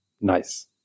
Nice